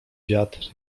wiatr